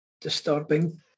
Disturbing